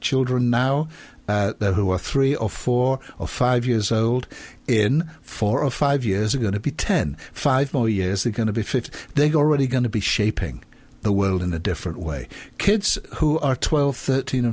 children now who are three or four or five years old in four or five years ago to be ten five more years the going to be fifty they already going to be shaping the world in a different way kids who are twelve thirteen